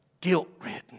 guilt-ridden